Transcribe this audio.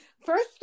First